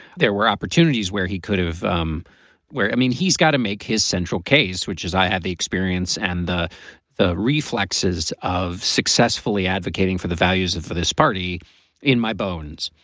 there were opportunities where he could have um where. i mean, he's got to make his central case, which is i had the experience and the the reflexes of successfully advocating for the values of this party in my bones.